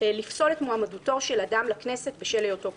לפסול את מועמדותו של אדם לכנסת בשל היותו פורש.